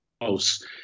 close